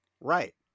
Right